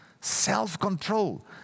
self-control